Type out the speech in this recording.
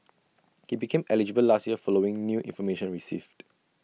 he became eligible last year following new information received